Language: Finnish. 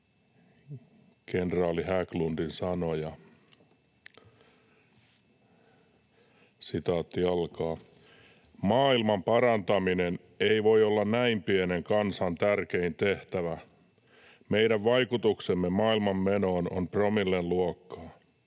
kenraali Hägglundin sanoja: ”Maailman parantaminen ei voi olla näin pienen kansan tärkein tehtävä. Meidän vaikutuksemme maailman menoon on promillen luokkaa.